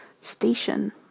station